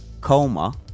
coma